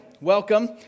Welcome